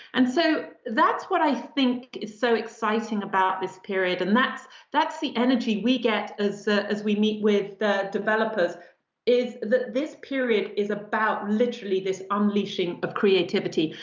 and so that's what i think is so exciting about this period. and that's that's the energy we get as as we meet with developers is that this period is about literally this unleashing of creativity.